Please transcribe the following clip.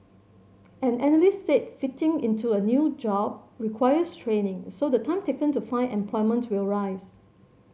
an analyst said fitting into a new job requires training so the time taken to find employment will rise